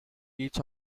each